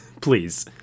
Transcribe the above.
Please